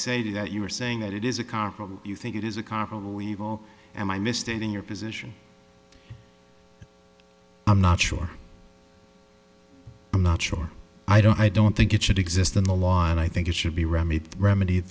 say that you are saying that it is a car you think it is a comparable evil and i missed it in your position i'm not sure i'm not sure i don't i don't think it should exist in the law and i think it should be remedied remedy